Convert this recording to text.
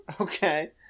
Okay